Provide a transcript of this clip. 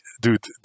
Dude